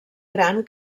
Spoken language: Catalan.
gran